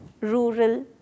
rural